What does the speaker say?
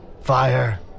fire